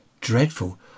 Dreadful